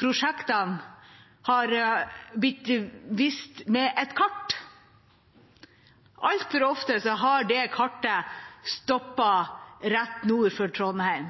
prosjektene er blitt vist med et kart, og altfor ofte har det kartet stoppet rett nord for Trondheim.